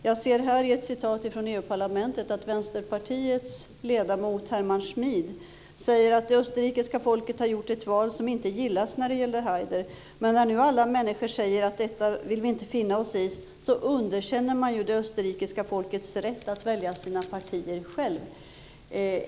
Jag ser i ett citat från EU-parlamentet att Vänsterpartiets ledamot Herman Schmid säger att det österrikiska folket har gjort ett val som inte gillas när det gäller Haider. Men när nu alla människor säger att de inte vill finna sig i det här underkänner man ju det österrikiska folkets rätt att välja sina partier självt.